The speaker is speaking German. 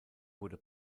wurde